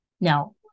Now